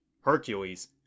Hercules